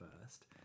first